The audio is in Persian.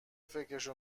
فکرشو